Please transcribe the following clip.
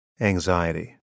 anxiety